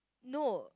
no